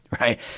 right